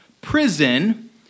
prison